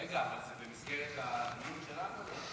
רגע, זה במסגרת הדיון שלנו?